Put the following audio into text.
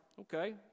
okay